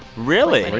really?